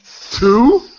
Two